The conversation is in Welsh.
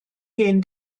hen